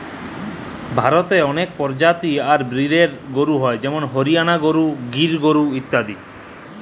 ভারতে অলেক পরজাতি আর ব্রিডের গরু হ্য় যেমল হরিয়ালা গরু, গির গরু ইত্যাদি